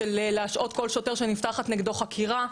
להשעות כל שוטר שנפתחת נגדו חקירה.